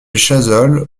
chazolles